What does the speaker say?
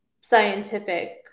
scientific